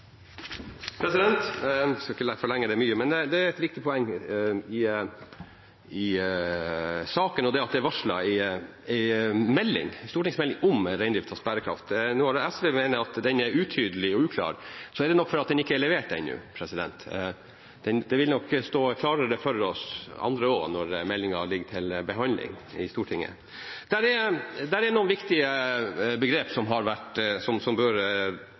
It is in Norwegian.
en stortingsmelding om reindriftas bærekraft. Når SV mener den er utydelig og uklar, er det nok fordi den ikke er levert ennå. Det vil nok stå klarere for oss andre også når meldingen kommer til behandling i Stortinget. Det er noen viktige begrep som vi like godt kan bruke litt tid på nå. I forkant av meldingen er problemene rundt reindrifta sånn at vi bør få etablert bærekraftindikatorer. Vi har i denne salen akkurat vært